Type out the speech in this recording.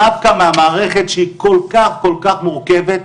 דווקא מהמערכת שכל כך כל כך מורכבת,